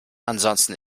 ansonsten